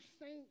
saint